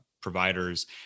providers